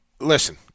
Listen